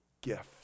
gift